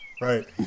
right